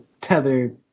tether